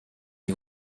you